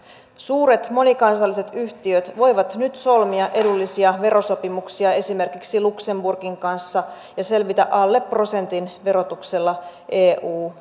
suuret monikansalliset yhtiöt voivat nyt solmia edullisia verosopimuksia esimerkiksi luxemburgin kanssa ja selvitä alle prosentin verotuksella eu